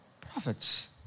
prophets